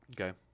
Okay